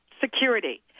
security